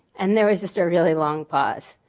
and there was just really long pause.